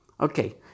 Okay